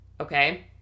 okay